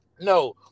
No